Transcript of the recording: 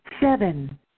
Seven